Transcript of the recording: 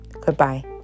Goodbye